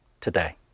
today